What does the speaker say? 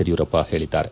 Yediyurappa ಪೇಳದ್ದಾರೆ